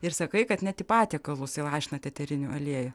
ir sakai kad net į patiekalus įlašinat eterinių aliejų